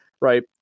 right